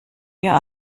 wir